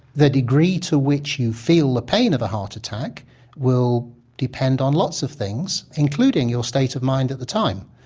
the degree to which you feel the pain of a heart attack will depend on lots of things including your state of mind at the time.